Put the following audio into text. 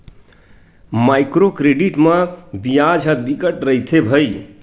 micro credit म बियाज ह बिकट रहिथे भई